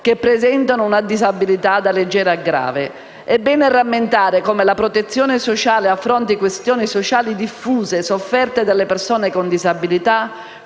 che presentano una disabilità da leggera a grave. È bene rammentare come la protezione sociale affronti questioni sociali diffuse sofferte dalle persone con disabilità